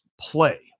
play